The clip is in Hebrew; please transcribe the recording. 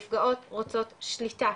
נפגעות רוצות שליטה,